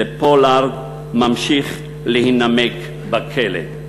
שפולארד ממשיך להינמק בכלא.